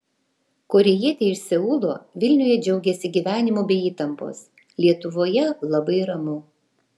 korėjietė iš seulo vilniuje džiaugiasi gyvenimu be įtampos lietuvoje labai ramu